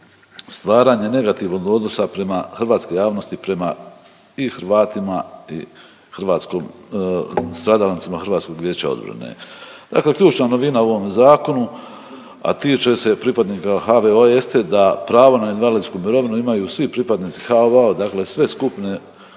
stvaranje negativnog odnosa prema hrvatske javnosti prema i Hrvatima i hrvatskom, stradalnicima Hrvatskog vijeća odbrane. Dakle ključna novina u ovome Zakonu, a tiče se pripadnika HVO-a jeste da pravo na invalidsku mirovinu imaju svi pripadnici HVO-a, dakle sve skupine